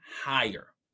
higher